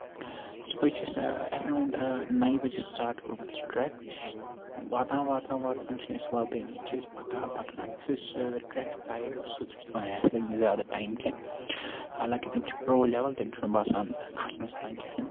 صُبحٕچہِ around نیہِ بَجہِ start کورمُت سُہ ٹریک واتان واتان واتان چھِنہٕ أسۍ واتٲن چھِ أسۍ پَکان پَکان یُس اَسہِ ٹریک گایڈ اوس سۭتۍ سُہ چھُ دَپان ہے اَسہِ لگہِ نہٕ زیادٕ ٹایم کیٚنہہ حالانکہِ تِم چھِ پرو لیؤل تٔمِس چھُنہٕ باسان کھسنس تانۍ کِہیٖنۍ